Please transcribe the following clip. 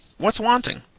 what's wanting?